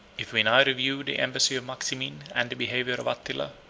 if we now review the embassy of maximin, and the behavior of attila,